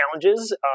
challenges